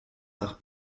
nach